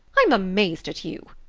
i'm amazed at you.